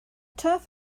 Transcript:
turf